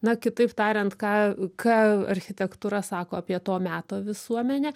na kitaip tariant ką ką architektūra sako apie to meto visuomenę